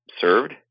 served